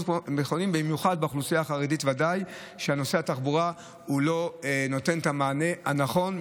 במיוחד באוכלוסייה החרדית ודאי שנושא התחבורה לא נותן את המענה הנכון,